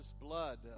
blood